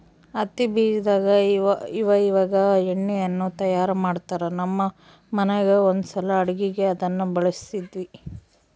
ಹತ್ತಿ ಬೀಜದಾಗ ಇವಇವಾಗ ಎಣ್ಣೆಯನ್ನು ತಯಾರ ಮಾಡ್ತರಾ, ನಮ್ಮ ಮನೆಗ ಒಂದ್ಸಲ ಅಡುಗೆಗೆ ಅದನ್ನ ಬಳಸಿದ್ವಿ